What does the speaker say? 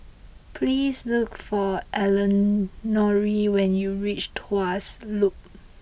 please look for Elenore when you reach Tuas Loop